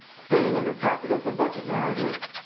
staying in the topic of the budget narrative,